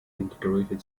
integrated